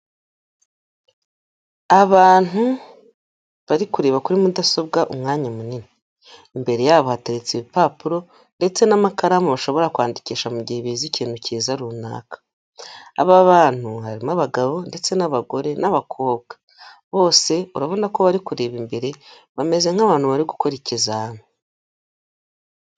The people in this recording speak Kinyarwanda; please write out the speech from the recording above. Abantu bari kureba kuri mudasobwa umwanya munini, imbere yabo hateretse ibipapuro ndetse n'amakaramu bashobora kwandikisha mu gihe bize ikintu cyiza runaka. Aba bantu harimo abagabo ndetse n'abagore n'abakobwa, bose urabona ko bari kureba imbere bameze nk'abantu bari gukora ikizami.